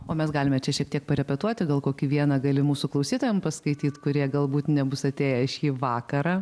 o mes galime čia šiek tiek parepetuoti gal kokį vieną gali mūsų klausytojam paskaityt kurie galbūt nebus atėję į šį vakarą